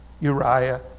Uriah